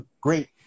great